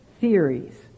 theories